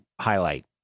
highlight